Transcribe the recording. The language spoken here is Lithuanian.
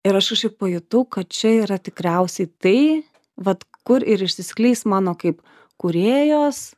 ir aš kažkaip pajutau kad čia yra tikriausiai tai vat kur ir išsiskleis mano kaip kūrėjos